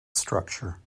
structure